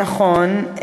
נכון.